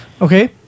okay